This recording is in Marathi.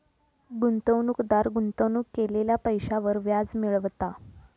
गुंतवणूकदार गुंतवणूक केलेल्या पैशांवर व्याज मिळवता